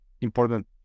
important